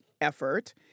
effort